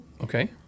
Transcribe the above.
Okay